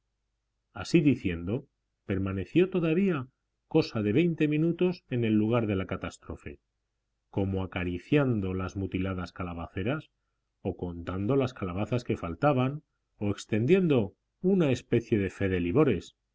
así diciendo permaneció todavía cosa de veinte minutos en el lugar de la catástrofe como acariciando las mutiladas calabaceras o contando las calabazas que faltaban o extendiendo una especie de fe de livores